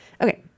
Okay